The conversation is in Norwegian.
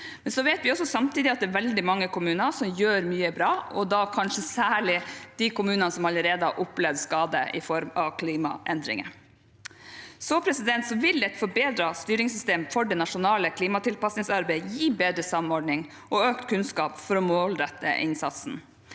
vet vi at det er veldig mange kommuner som gjør mye bra, og da kanskje særlig de kommunene som allerede har opplevd skade i form av klimaendringer. Et forbedret styringssystem for det nasjonale klimatilpasningsarbeidet vil gi bedre samordning og økt kunnskap for å målrette innsatsen.